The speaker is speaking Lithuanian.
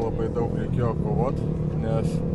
labai daug reikėjo kovot nes